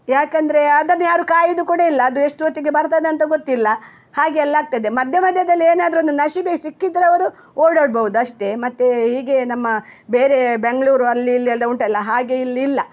ಯಾಕಂದ್ರೆ ಅದನ್ನು ಯಾರು ಕಾಯೋದು ಕೂಡ ಇಲ್ಲ ಅದು ಎಷ್ಟು ಹೊತ್ತಿಗೆ ಬರ್ತದೆ ಅಂತ ಗೊತ್ತಿಲ್ಲ ಹಾಗೆ ಎಲ್ಲ ಆಗ್ತದೆ ಮಧ್ಯ ಮಧ್ಯದಲ್ಲಿ ಏನಾದರು ಒಂದು ನಸೀಬು ಸಿಕ್ಕಿದರೆ ಅವರು ಓಡಾಡ್ಬಹುದ್ ಅಷ್ಟೆ ಮತ್ತೆ ಹೀಗೆ ನಮ್ಮ ಬೇರೆ ಬೆಂಗಳೂರು ಅಲ್ಲಿ ಇಲ್ಲಿ ಎಲ್ಲ ಉಂಟಲ್ಲ ಹಾಗೆ ಇಲ್ಲಿಲ್ಲ